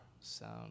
sound